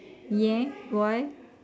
ஏன்:een why